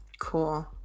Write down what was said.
cool